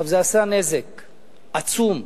זה עשה נזק עצום,